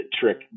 trick